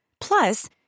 Plus